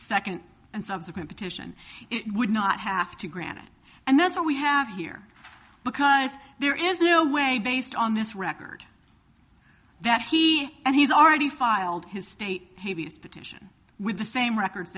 second and subsequent petition it would not have to granted and that's what we have here because there is no way based on this record that he and he's already filed his state petition with the same records